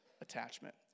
attachment